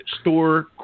store